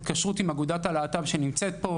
התקשרות עם אגודת הלהט"ב שנמצאת פה,